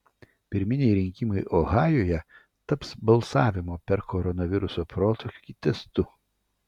pirminiai rinkimai ohajuje taps balsavimo per koronaviruso protrūkį testu